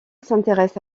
s’intéresse